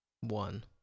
One